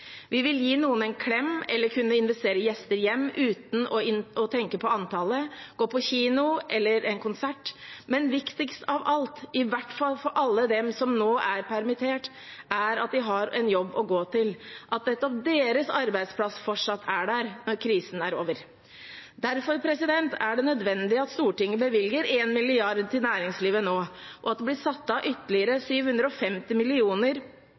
Vi vil gi noen en klem, kunne invitere gjester hjem uten å tenke på antallet, eller gå på kino eller en konsert. Men viktigst av alt, i hvert fall for alle dem som nå er permittert, er det at man har en jobb å gå til, at nettopp deres arbeidsplass fortsatt er der når krisen er over. Derfor er det nødvendig at Stortinget bevilger 1 mrd. kr til næringslivet nå, og at det blir satt av ytterligere